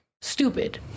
stupid